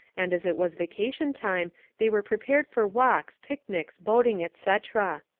and as it was vacation time they were prepared for walks, picnics, boat ing, etc.